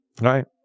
right